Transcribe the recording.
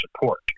support